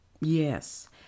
Yes